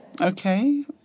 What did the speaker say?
Okay